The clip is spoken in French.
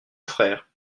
frère